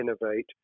innovate